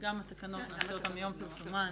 גם התקנות נעשה מיום פרסומן.